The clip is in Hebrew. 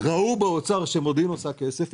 ראו באוצר שמודיעין עושה כסף,